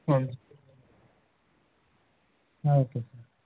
ಹೌದು ಆಯಿತು ಸರ್